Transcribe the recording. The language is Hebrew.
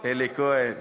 אלי כהן,